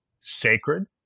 sacred